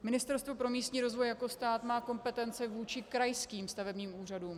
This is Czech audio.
Ministerstvo pro místní rozvoj jako stát má kompetenci vůči krajským stavebním úřadům.